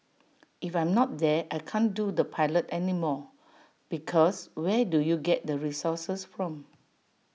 if I'm not there I can't do the pilot anymore because where do you get the resources from